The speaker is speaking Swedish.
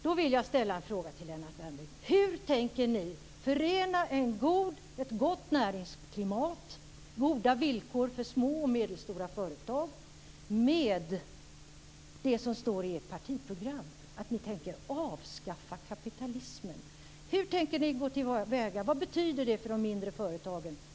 Då vill jag ställa en fråga till Lennart Värmby: Hur tänker ni förena ett gott näringsklimat och goda villkor för små och medelstora företag med det som står i ert partiprogram, dvs. att ni tänker avskaffa kapitalismen? Hur tänker ni gå till väga? Vad betyder detta för de mindre företagen?